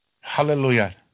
Hallelujah